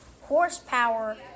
Horsepower